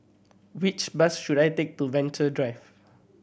which bus should I take to Venture Drive